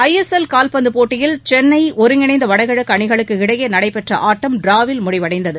ஐ S L கால்பந்து போட்டியில் சென்னை ஒருங்கிணைந்த வடகிழக்கு அணிகளுக்கு இடையே நடைபெற்ற ஆட்டம் டிராவில் முடிவடைந்தது